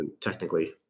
technically